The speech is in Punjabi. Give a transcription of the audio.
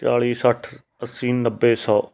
ਚਾਲ੍ਹੀ ਸੱਠ ਅੱਸੀ ਨੱਬੇ ਸੌ